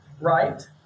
right